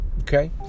Okay